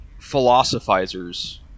philosophizers